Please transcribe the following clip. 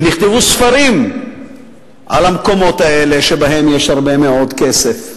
ונכתבו ספרים על המקומות האלה שבהם יש הרבה מאוד כסף,